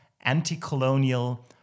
anti-colonial